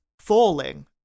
falling